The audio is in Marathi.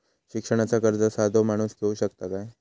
शिक्षणाचा कर्ज साधो माणूस घेऊ शकता काय?